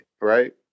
Right